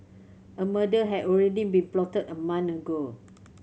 a murder had already been plotted a month ago